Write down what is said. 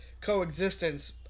coexistence